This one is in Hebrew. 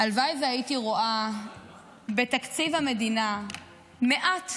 הלוואי שהייתי רואה בתקציב המדינה מעט